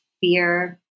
fear